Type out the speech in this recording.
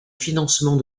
financement